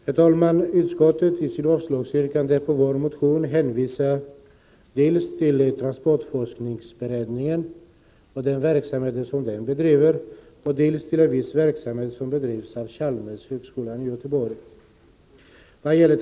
Herr talman! I sitt yrkande om avslag på vår motion hänvisar utskottet dels till transportforskningsberedningen och den verksamhet som den bedriver, dels till en viss verksamhet som bedrivs av Chalmers tekniska högskola i Göteborg.